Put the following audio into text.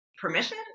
permission